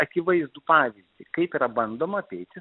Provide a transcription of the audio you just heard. akivaizdų pavyzdį kaip yra bandoma apeiti